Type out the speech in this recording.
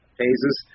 phases